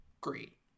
great